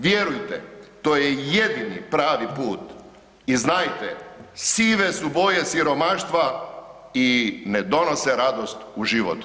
Vjerujte, to je jedini pravi put i znajte, sive su boje siromaštva i ne donose radost u život.